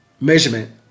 measurement